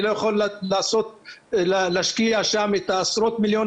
אני לא יכול להשקיע שם את עשרות המיליונים